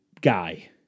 guy